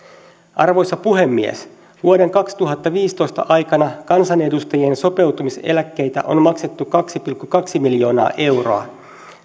arvoisa puhemies vuoden kaksituhattaviisitoista aikana kansanedustajien sopeutumiseläkkeitä on maksettu kaksi pilkku kaksi miljoonaa euroa